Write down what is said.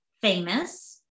famous